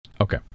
Okay